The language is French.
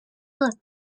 ordre